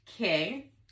okay